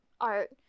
art